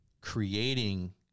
creating